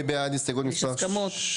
יש הסכמות.